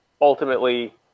ultimately